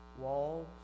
walls